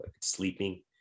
sleeping